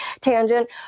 tangent